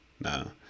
No